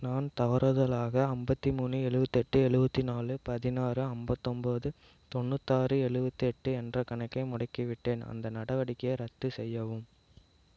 நான் தவறுதலாக ஐம்பத்தி மூணு எழுவத்தெட்டு எழுவத்தி நாலு பதினாறு ஐம்பத்தொம்போது தொண்ணூத்தாறு எழுவத்தெட்டு என்ற கணக்கை முடக்கிவிட்டேன் அந்த நடவடிக்கையை ரத்து செய்யவும்